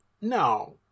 no